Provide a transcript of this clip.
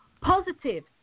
Positive